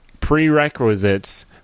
prerequisites